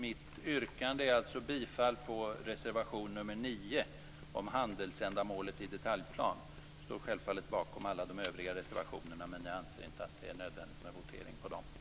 Mitt yrkande är alltså bifall till reservation nr 9 om handelsändamålet i detaljplan. Jag står självfallet bakom även de övriga reservationerna, men jag anser inte att det är nödvändigt med votering i fråga om dem.